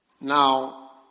now